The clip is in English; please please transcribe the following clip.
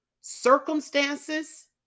circumstances